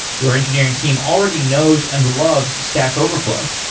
your engineering team already knows and loves stack overflow.